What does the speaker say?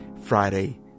Friday